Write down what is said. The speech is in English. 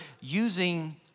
using